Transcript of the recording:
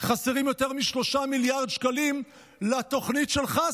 חסרים יותר מ-3 מיליארד שקלים לתוכנית שלך,